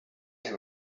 him